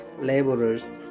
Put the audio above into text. laborers